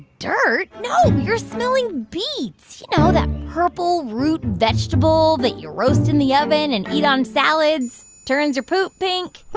dirt? no, you're smelling beets. you know, that purple root vegetable that you roast in the oven and eat on salads, turns your poop pink?